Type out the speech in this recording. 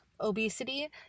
obesity